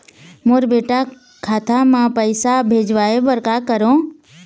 मोर बेटा खाता मा पैसा भेजवाए बर कर करों?